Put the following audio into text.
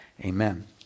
Amen